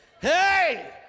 Hey